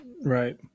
Right